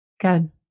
Good